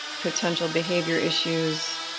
potential behavior issues,